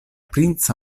princa